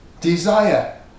desire